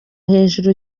hejuru